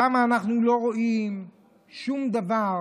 שם אנחנו לא רואים שום דבר,